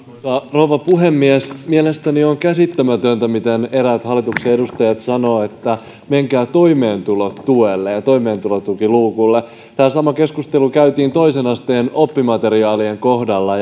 rouva puhemies mielestäni on käsittämätöntä miten eräät hallituksen edustajat sanovat että menkää toimeentulotuelle ja toimeentulotukiluukulle tämä sama keskustelu käytiin toisen asteen oppimateriaa lien kohdalla